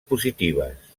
positives